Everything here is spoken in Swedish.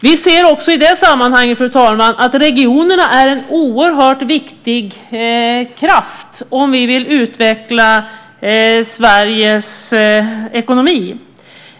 Vi ser också i det sammanhanget, fru talman, att regionerna är en oerhört viktig kraft om vi vill utveckla Sveriges ekonomi.